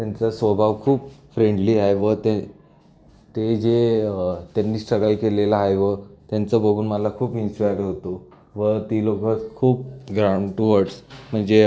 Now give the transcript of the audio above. त्यांचा स्वभाव खूप फ्रेंडली आहे व ते ते जे त्यांनी सराईव केलेला आहे व त्यांचा बघून मला खूप इन्स्पायर होतो व ती लोक खूप ग्राऊंड टुवर्ड्स म्हणजे